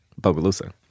Bogalusa